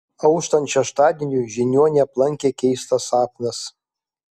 auštant šeštadieniui žiniuonį aplankė keistas sapnas